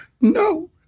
No